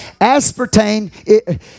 Aspartame